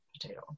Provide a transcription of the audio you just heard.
potato